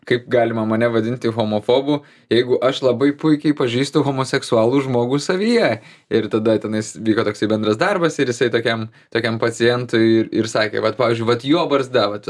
kaip galima mane vadinti homofobu jeigu aš labai puikiai pažįstu homoseksualų žmogų savyje ir tada tenais vyko toksai bendras darbas ir jisai tokiam tokiam pacientui ir ir sakė vat pavyzdžiui vat jo barzda vat